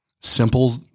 simple